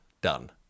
Done